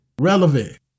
relevant